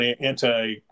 anti